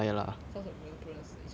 cause 我们不认识 each other